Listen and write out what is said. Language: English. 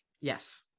yes